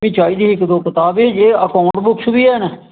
एह् चाहिदी ही इक्क दौ कताब एह् अकाऊंट्स बुक बी हैन